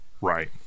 right